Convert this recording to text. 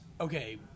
okay